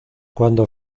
cuando